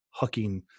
hucking